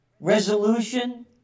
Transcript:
resolution